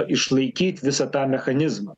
išlaikyt visą tą mechanizmą